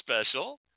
special